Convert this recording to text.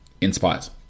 Inspires